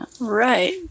right